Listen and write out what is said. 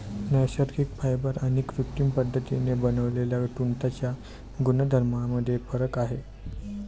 नैसर्गिक फायबर आणि कृत्रिम पद्धतीने बनवलेल्या तंतूंच्या गुणधर्मांमध्ये फरक आहे